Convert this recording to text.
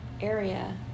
area